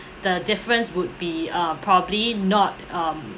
the difference would be err probably not um